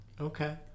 Okay